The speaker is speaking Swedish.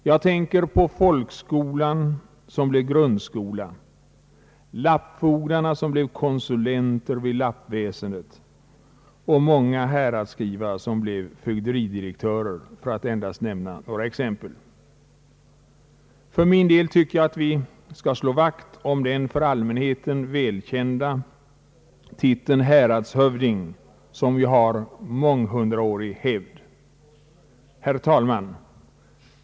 Jag tänker på folkskolan som blev grundskolan, lappfogdarna som blev konsulenter vid lappväsendet och många häradsskrivare som blev fögderidirektörer, för att endast nämna några exempel. För min del tycker jag att vi skall slå vakt om den för allmänheten välkända titeln häradshövding, som ju har månghundraårig hävd. Herr talman!